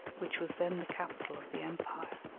which was then the capital of the empire.